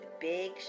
big